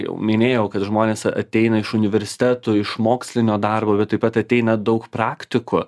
jau minėjau kad žmonės ateina iš universitetų iš mokslinio darbo taip pat ateina daug praktikų